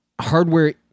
hardware